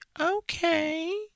Okay